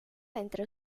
entre